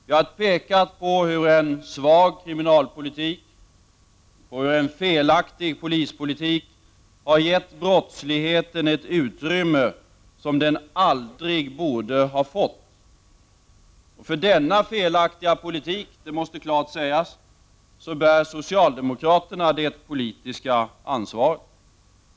Vi har pekat på hur en svag kriminalpolitik och en felaktig polispolitik gett brottsligheten ett utrymme som den aldrig borde ha fått. För denna felaktiga politik, det måste klart sägas, bär socialdemokraterna det politiska ansvaret.